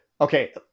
okay